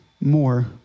more